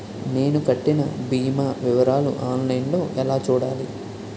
నేను కట్టిన భీమా వివరాలు ఆన్ లైన్ లో ఎలా చూడాలి?